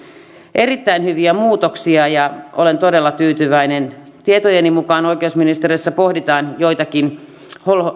erittäin hyviä muutoksia ja olen todella tyytyväinen tietojeni mukaan oikeusministeriössä pohditaan joitakin